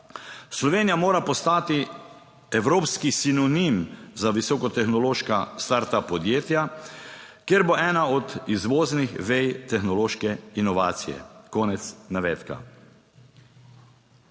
Slovenija mora postati evropski sinonim za visokotehnološka start up podjetja, kjer bo ena od izvoznih vej tehnološke inovacije." Konec navedka.